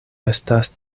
estas